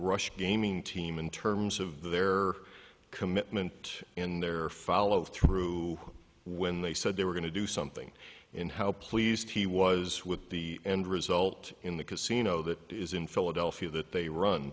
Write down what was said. rush gaming team in terms of their commitment in their follow through when they said they were going to do something in how pleased he was with the end result in the casino that is in philadelphia that they run